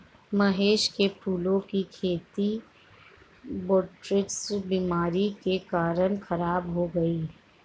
महेश के फूलों की खेती बोटरीटिस बीमारी के कारण खराब हो गई